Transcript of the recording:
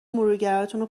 مرورگراتونو